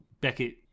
beckett